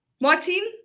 Martin